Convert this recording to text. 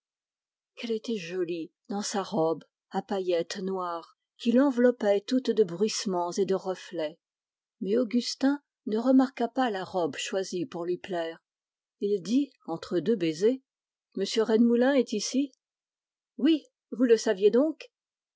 qu'elle était jolie dans sa robe à paillettes noires qui l'enveloppait toute de bruissements et de reflets mais augustin ne remarqua pas la robe choisie pour lui plaire il dit entre deux baisers m rennemoulin est ici oui vous le saviez donc